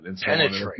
Penetrate